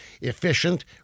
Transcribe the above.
efficient